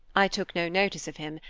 i took no notice of him,